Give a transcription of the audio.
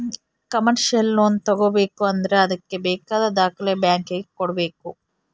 commercial loan ತಗೋಬೇಕು ಅಂದ್ರೆ ಅದ್ಕೆ ಬೇಕಾದ ದಾಖಲೆ ಬ್ಯಾಂಕ್ ಗೆ ಕೊಡ್ಬೇಕು